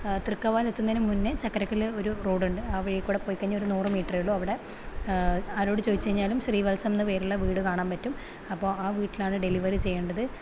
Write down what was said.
തൃക്കവല എത്തുന്നതിന് മുന്നേ ചക്കരകില്ല് ഒരു റോഡുണ്ട് ആ വഴിയിൽ കൂടെ പോയി കഴിഞ്ഞാൽ ഒരു നൂറു മീറ്ററേയുള്ളു അവിടെ ആരോട് ചോദിച്ചു കഴിഞ്ഞാലും ശ്രീവൽസം എന്നു പേരുള്ള വീട് കാണാൻ പറ്റും അപ്പോൾ ആ വീട്ടിലാണ് ഡെലിവറി ചെയ്യേണ്ടത്